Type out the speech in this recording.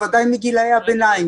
בוודאי מגילאי הביניים.